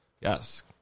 Yes